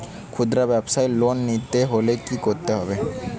খুদ্রব্যাবসায় লোন নিতে হলে কি করতে হবে?